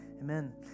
amen